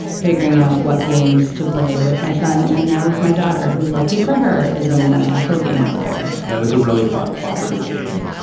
figuring out what games to play with my son and now with my daughter, who, lucky for her, is a more natural game player that is a really fun, cooperative game.